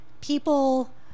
people